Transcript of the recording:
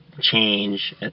change